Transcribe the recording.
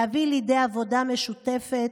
להביא לידי עבודה משותפת,